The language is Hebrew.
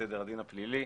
הדין הפלילי.